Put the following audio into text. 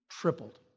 tripled